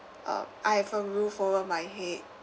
um I have a roof over my head